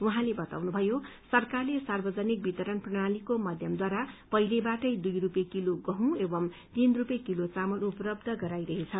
उहाँले बताउनुभयो सरकारले सार्वजनिक वितरण प्रणालीको माध्यमद्वारा पहिलेबाटै दुइ रुपियाँ किलो गहूँ एवं तीन रुपियाँ किलो चामल उपलब्ध गराइरहेछ